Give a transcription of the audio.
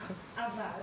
אבל,